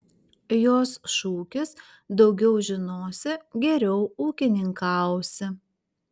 jos šūkis daugiau žinosi geriau ūkininkausi